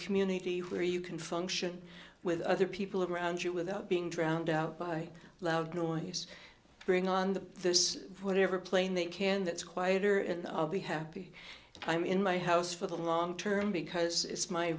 community where you can function with other people around you without being drowned out by loud noise bring on the this whatever plane they can that's quieter and i'll be happy i'm in my house for the long term because it's my